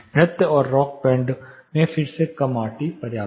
नृत्य और rock band फिर से कम आरटी पर्याप्त है